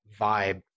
vibe